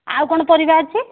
ଆଉ କ'ଣ ପରିବା ଅଛି